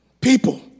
people